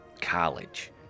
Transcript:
College